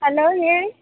hello ಹೇಳಿ